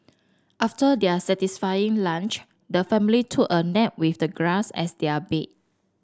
after their satisfying lunch the family took a nap with the grass as their bed